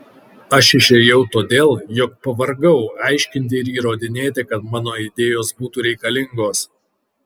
aš išėjau todėl jog pavargau aiškinti ir įrodinėti kad mano idėjos būtų reikalingos